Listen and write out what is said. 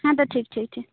ᱦᱮᱸ ᱛᱳ ᱴᱷᱤᱠ ᱴᱷᱤᱠ